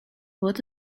what